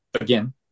again